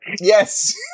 Yes